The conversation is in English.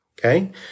Okay